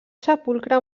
sepulcre